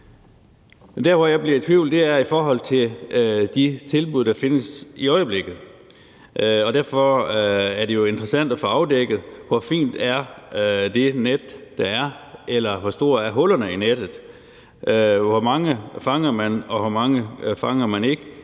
Der, hvor jeg bliver i tvivl, er i forhold til de tilbud, der findes i øjeblikket. Og derfor er det jo interessant at få afdækket, hvor fint det net, der er, er, eller hvor store hullerne i nettet er. Hvor mange fanger man, og hvor mange fanger man ikke